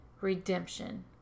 redemption